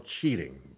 cheating